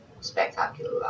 spectacular